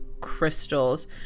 crystals